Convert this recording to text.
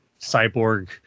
cyborg